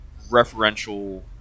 referential